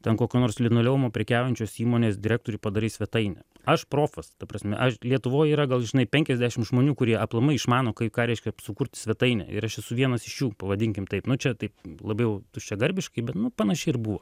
ten kokiu nors linoleumu prekiaujančios įmonės direktoriui padarai svetainę aš profas ta prasme aš lietuvoj yra gal žinai penkiasdešim žmonių kurie aplamai išmano kai ką reiškia sukurt svetainę ir aš esu vienas iš jų pavadinkim taip nu čia taip labiau tuščiagarbiškai bet nu panašiai ir buvo